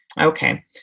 Okay